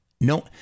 No